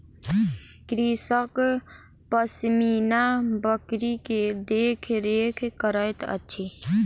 कृषक पश्मीना बकरी के देख रेख करैत अछि